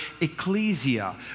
ecclesia